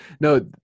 no